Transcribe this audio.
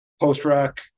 post-rock